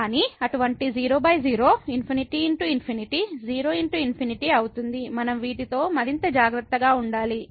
కానీ అటువంటి 00 ∞×∞ 0× ∞ అవుతుంది మనం వీటితో మరింత జాగ్రత్తగా ఉండాలి